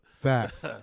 Facts